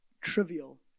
trivial